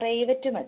private മതി